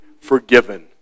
forgiven